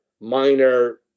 minor